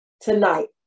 tonight